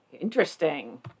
Interesting